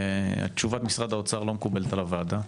תשובת משרד האוצר לא מקובלת על הוועדה,